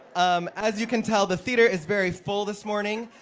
um as you can tell, the theatre is very full this morning.